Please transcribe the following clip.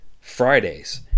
Fridays